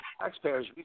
taxpayers